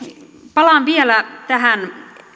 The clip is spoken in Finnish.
palaan vielä tähän